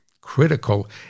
critical